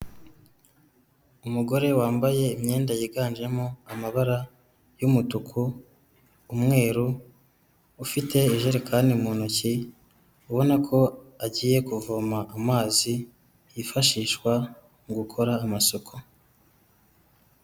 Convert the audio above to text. Umugore wambaye imyenda yiganjemo amabara y'umutuku, umweru ufite ijerekani mu ntoki ubona ko agiye kuvoma amazi yifashishwa mu gukora amasuku.